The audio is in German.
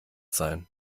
sein